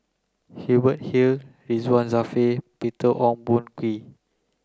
Hubert Hill Ridzwan Dzafir Peter Ong Boon Kwee